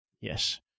Yes